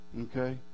Okay